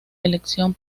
elección